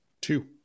Two